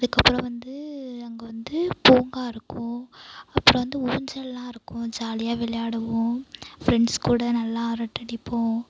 அதுக்கப்புறம் வந்து அங்கே வந்து பூங்கா இருக்கும் அப்புறம் வந்து ஊஞ்சல்லாம் இருக்கும் ஜாலியாக விளையாடுவோம் ஃப்ரெண்ட்ஸ்கூட நல்லா அரட்டை அடிப்போம்